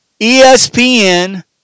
ESPN